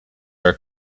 are